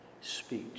speech